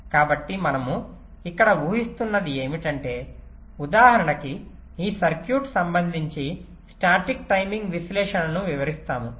కాబట్టి మనము ఇక్కడ ఊహిస్తున్నది ఏమిటంటే ఉదాహరణకి ఈ సర్క్యూట్ సంబంధించి స్టాటిక్ టైమింగ్ విశ్లేషణను వివరిస్తాము